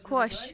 خۄش